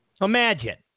Imagine